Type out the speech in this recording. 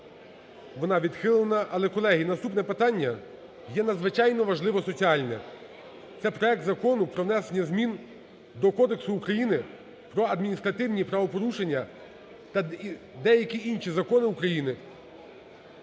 вона відхилена. Але, колеги, наступне питання є надзвичайно важливо соціальне. Це проект Закону про внесення змін до Кодексу України про адміністративні правопорушення та деяких інших законів України…